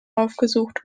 aufgesucht